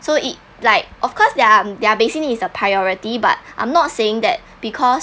so it like of course their their basic need is a priority but I'm not saying that because